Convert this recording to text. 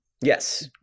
Yes